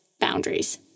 boundaries